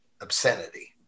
obscenity